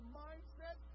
mindset